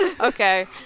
okay